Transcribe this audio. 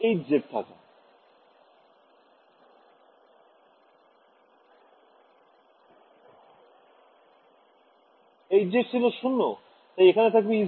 ছাত্র ছাত্রীঃ Hz ছিল ০ তাই এখানে থাকবে Ez